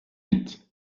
huit